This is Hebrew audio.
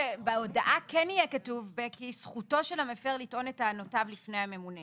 בהודעה כן יהיה שזכותו של המפר לטעון את טענותיו לפני הממונה